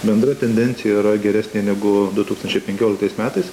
bendra tendencija yra geresnė negu du tūkstančiai penkioliktais metais